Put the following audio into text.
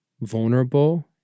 vulnerable